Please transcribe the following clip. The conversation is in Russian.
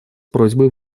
просьбой